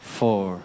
four